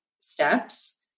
Steps